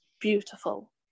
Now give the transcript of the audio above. beautiful